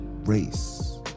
Race